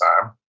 time